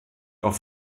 auf